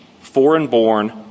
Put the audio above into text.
foreign-born